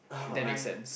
uh I